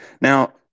Now